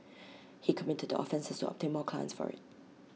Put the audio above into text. he committed the offences to obtain more clients for IT